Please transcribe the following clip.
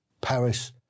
Paris